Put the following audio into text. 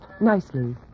Nicely